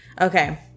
Okay